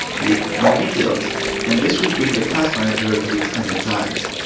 click more details and this will bring the task manager to its standard size.